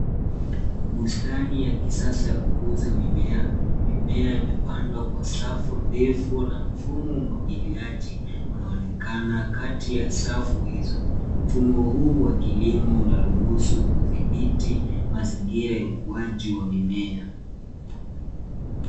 Bustani ya kisasa ya kukuza mimea. Mimea imepandwa kwa safu ndefu, na mfumo wa umwagiliaji, unaonekana kati ya safu hizo. Mfumo huu wa kilimo unaruhusu kudhibiti mazingira ya ukuaji wa mimea.